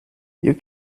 you